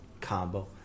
combo